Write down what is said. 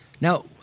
Now